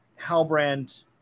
Halbrand